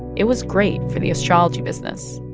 it was great for the astrology business